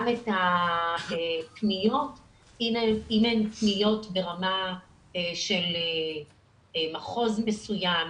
את הפניות אם הן פניות ברמה של מחוז מסוים,